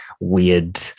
weird